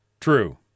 true